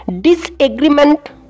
disagreement